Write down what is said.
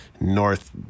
North